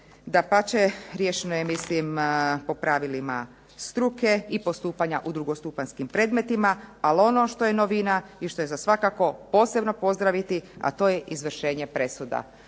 dapače riješeno je mislim po pravilima struke i postupanja u drugostupanjskim predmetima. Ali ono što je novina i što je svakako za posebno pozdraviti, a to je izvršenje presuda.